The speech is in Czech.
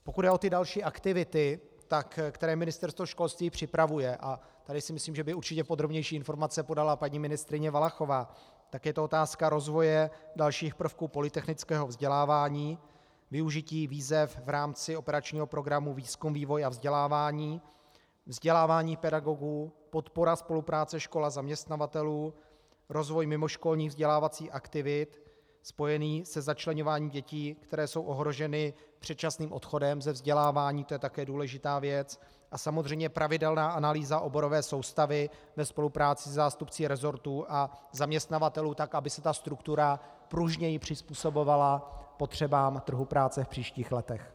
Pokud jde o další aktivity, které Ministerstvo školství připravuje, a tady si myslím, že by určitě podrobnější informace podala paní ministryně Valachová, tak je to otázka rozvoje dalších prvků polytechnického vzdělávání, využití výzev v rámci operačního programu Výzkum, vývoj a vzdělávání, vzdělávání pedagogů, podpora spolupráce škol a zaměstnavatelů, rozvoj mimoškolních vzdělávacích aktivit spojených se začleňováním dětí, které jsou ohroženy předčasným odchodem ze vzdělávání, to je také důležitá věc, a samozřejmě pravidelná analýza oborové soustavy ve spolupráci se zástupci resortů a zaměstnavatelů tak, aby se ta struktura pružněji přizpůsobovala potřebám trhu práce v příštích letech.